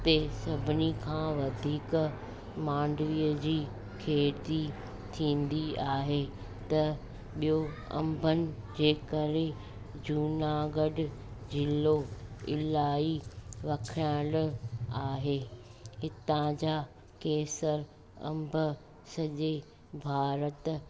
हिते सभिनी खां वधीक मानडवीअ जी खेती थींदी आहे त ॿियो अंबनि जे करे जूनागढ़ ज़िलो इलाही वखियलु आहे हितां जा केसर अंब सॼे भारत